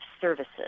services